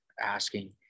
asking